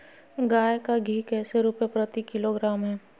गाय का घी कैसे रुपए प्रति किलोग्राम है?